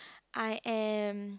I am